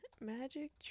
Magic